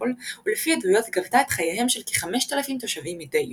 קונסטנטינופול ולפי עדויות גבתה את חייהם של כ-5,000 תושבים מדי יום.